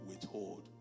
withhold